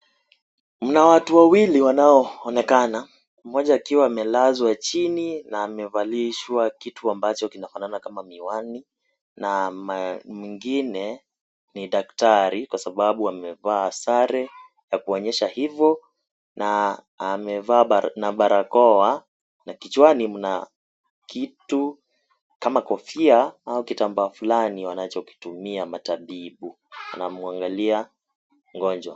Mna watu wawili wanaoonekana mmoja akiwa amelazwa chini amevalishwa kitu ambacho kinafanana kama miwani na mwingine ni daktari kwa sababu amevaa sare ya kuonyesha hivo na amevaa na barakoa na kichwani mna kitu kama kofia au kitambaa fulani wanachokitumia matabibu . Anamwangalia mgonjwa.